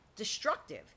destructive